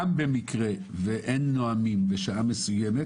גם במקרה שאין נואמים בשעה מסוימת,